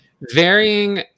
varying